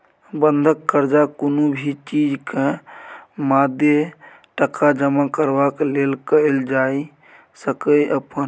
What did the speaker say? बंधक कर्जा कुनु भी चीज के मादे टका जमा करबाक लेल कईल जाइ सकेए अपन